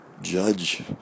judge